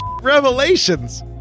revelations